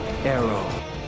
Arrow